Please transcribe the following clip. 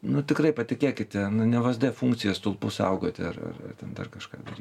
nu tikrai patikėkite nu ne vsd funkcija stulpus saugoti ar ar ten dar kažką dary